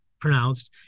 pronounced